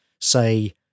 say